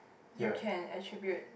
you can attribute